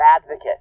advocate